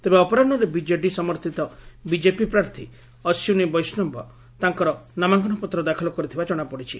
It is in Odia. ତେବେ ଅପରାହ୍ବରେ ବିଜେଡ଼ି ସମର୍ଥିତ ବିଜେପି ପ୍ରାର୍ଥୀ ଅଶ୍ୱିନୀ ବୈଷ୍ଡବ ତାଙ୍କର ନାମାଙ୍କନପତ୍ର ଦାଖଲ କରିଥିବା ଜଶାପଡିଛି